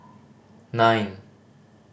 nine